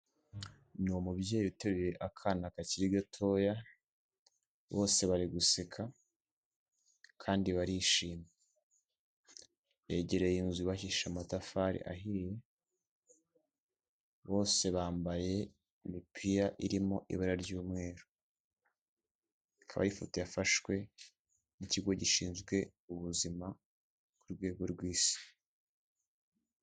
Ni umubyeyi uteruye akana kakiri gatoya bose bari guseka kandi barishimye, yegereye inzu bahisha amatafari ahiye, bose bambaye imipira irimo ibara ry'umweru, ikaba ari ifoto yafashwe n'ikigo gishinzwe ubuzima ku rwego rw'isi.